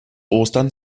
ostern